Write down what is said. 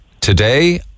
today